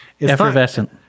Effervescent